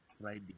Friday